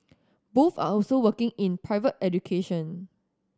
both are also working in private education